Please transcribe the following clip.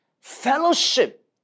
Fellowship